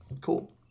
cool